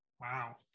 wow